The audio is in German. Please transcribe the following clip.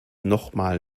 nochmal